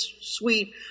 sweet